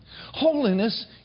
holiness